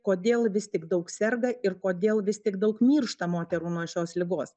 kodėl vis tik daug serga ir kodėl vis tik daug miršta moterų nuo šios ligos